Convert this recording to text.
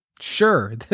sure